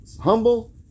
humble